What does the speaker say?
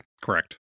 correct